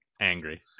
angry